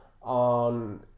on